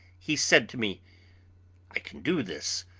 he said to me i can do this,